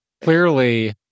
Clearly